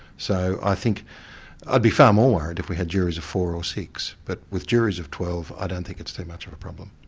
so i think i'd be far more worried if we had juries of four or six. but with juries of twelve, i don't think it's too much of a problem.